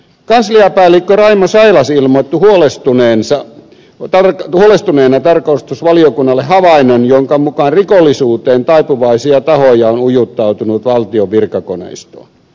kansliapäällikkö raimo sailas ilmoitti huolestuneena tarkastusvaliokunnalle havainnon jonka mukaan rikollisuuteen taipuvaisia tahoja on ujuttautunut valtion virkakoneistoon